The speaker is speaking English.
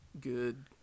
good